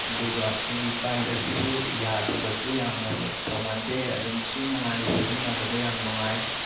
ꯑꯗꯨꯒ ꯑꯩꯒꯤ ꯕꯥꯏꯛ ꯑꯁꯤꯁꯨ ꯌꯥꯗꯕꯁꯨ ꯌꯥꯝꯅ ꯇꯧꯒꯟꯗꯦ ꯑꯗꯨꯝꯁꯨ ꯅꯨꯡꯉꯥꯏ ꯁꯤꯖꯤꯟꯅꯕꯗ ꯌꯥꯝ ꯅꯨꯡꯉꯥꯏ